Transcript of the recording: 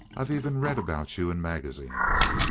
i've even read about you in magazines!